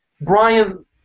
Brian